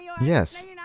Yes